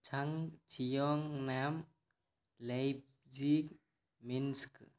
chung Chiong NAM Leipzig Minsk